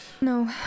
No